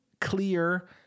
clear